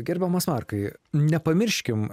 gerbiamas markai nepamirškim